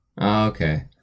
Okay